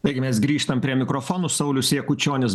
taigi mes grįžtam prie mikrofonų saulius jakučionis